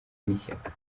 n’ishyaka